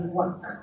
work